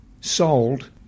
sold